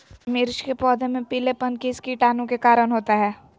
मिर्च के पौधे में पिलेपन किस कीटाणु के कारण होता है?